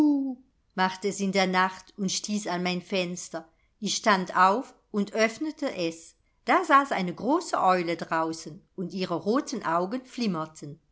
machte es in der nacht und stieß an mein fenster ich stand auf und öffnete es da saß eine große eule draußen und ihre roten augen